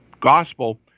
gospel